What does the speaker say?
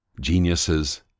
geniuses